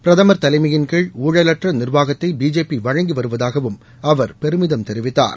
பிரதமர் தலைமையின் கீழ் ஊழலற்ற நிர்வாகத்தை பிஜேபி வழங்கி வருவதாகவும் அவர் பெருமிதம் தெரிவித்தார்